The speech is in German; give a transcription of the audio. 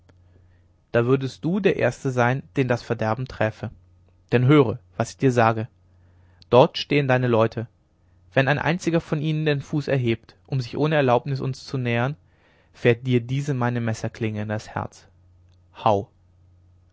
da würdest du der erste sein den das verderben träfe denn höre was ich dir sage dort stehen deine leute wenn ein einziger von ihnen den fuß erhebt um sich ohne erlaubnis uns zu nähern fährt dir diese meine messerklinge in das herz howgh